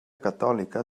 catòlica